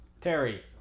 Terry